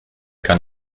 kann